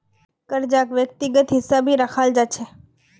कर्जाक व्यक्तिगत हिस्सात भी रखाल जा छे